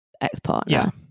ex-partner